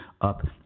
up